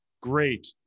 great